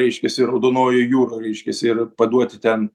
reiškiasi raudonojoj jūroj reiškiasi ir paduoti ten